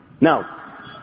Now